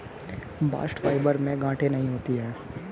bast fibre में गांठे नहीं होती है